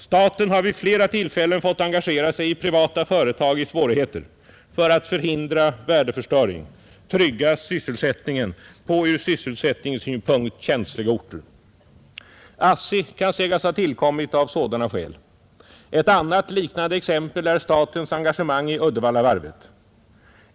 Staten har vid flera tillfällen fått engagera sig i privata företag i svårigheter för att förhindra värdeförstöring, trygga sysselsättningen på ur sysselsättningssynpunkt känsliga orter etc. ASSI kan sägas ha tillkommit av sådana skäl. Ett annat liknande exempel är statens engagemang i Uddevallavarvet.